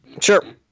Sure